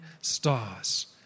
stars